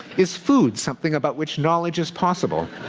is food something about which knowledge is possible?